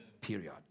Period